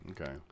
Okay